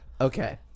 Okay